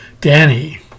Danny